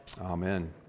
Amen